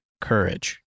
courage